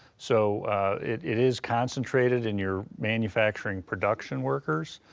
so it is concentrated in your manufacturing production workers.